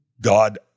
god